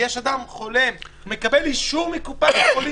אדם שחולה ומקבל אישור מקופת חולים.